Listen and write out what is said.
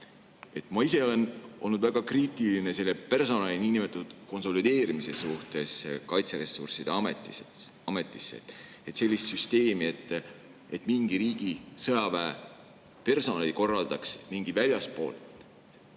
Ma ise olen olnud väga kriitiline selle personali niinimetatud konsolideerimise suhtes Kaitseressursside Ametis. Sellist süsteemi, et mingi riigi sõjaväepersonali korraldaks väljaspool